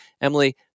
Emily